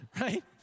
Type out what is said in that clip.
Right